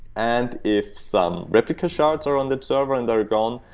and if some replica shards are on that server and are gone,